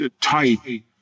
tight